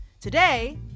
Today